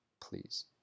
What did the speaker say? please